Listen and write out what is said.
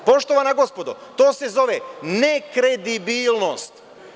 Poštovana gospodo, to se zove nekredibilnost.